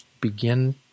begin